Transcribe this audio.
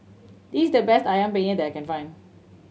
this is the best Ayam Penyet that I can find